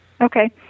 Okay